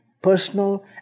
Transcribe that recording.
Personal